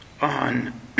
on